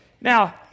Now